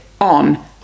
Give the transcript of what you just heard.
on